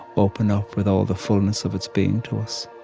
open up with all the fullness of its being, to us